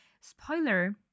spoiler